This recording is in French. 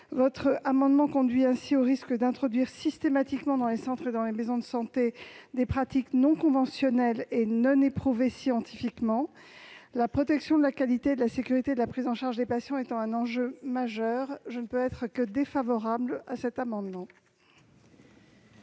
Votre amendement expose ainsi au risque d'introduire systématiquement dans les centres et maisons de santé des pratiques non conventionnelles et non éprouvées scientifiquement. La protection de la qualité et de la sécurité de la prise en charge des patients étant un enjeu majeur, je ne peux être que défavorable à cet amendement.